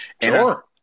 Sure